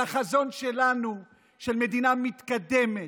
על החזון שלנו של מדינה מתקדמת,